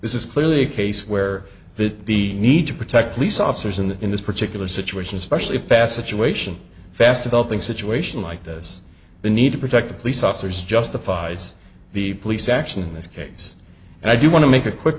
this is clearly a case where the need to protect police officers and in this particular situation especially facets to ation fast developing situation like this the need to protect the police officers justifies the police action in this case and i do want to make a quick